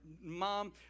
Mom